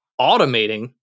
automating